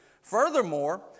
Furthermore